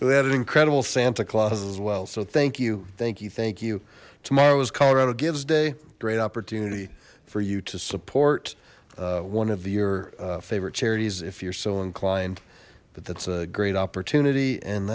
we had an incredible santa clause as well so thank you thank you thank you tomorrow is colorado gives day great opportunity for you to support one of your favorite charities if you're so inclined but that's a great opportunity and